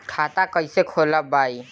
खाता कईसे खोलबाइ?